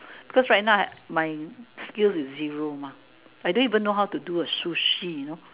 because right now my skills is zero mah I don't even know how to do a sushi you know